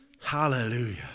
Hallelujah